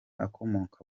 akomoka